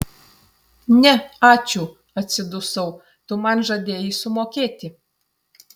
ne ačiū atsidusau tu man žadėjai sumokėti